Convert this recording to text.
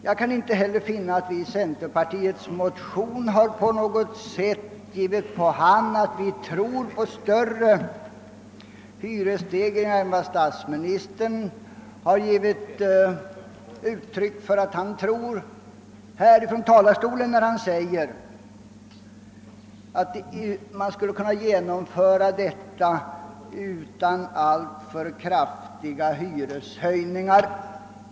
Inte heller kan jag finna att vi i centerpartiets motion har givit på hand att vi förutsätter större hyresstegringar än vad statsministern från denna talarstol har sagt sig tro på, när han sade att vi skulle kunna genomföra hyresregleringens avskaffande utan alltför kraftiga hyreshöjningar.